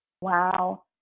Wow